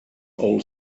all